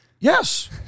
Yes